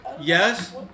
yes